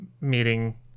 meeting